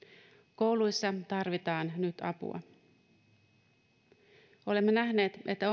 kouluissa tarvitaan nyt apua olemme nähneet että